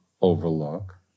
overlook